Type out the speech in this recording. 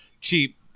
cheap